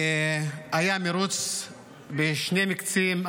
היה מרוץ בשני מקצים,